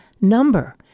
number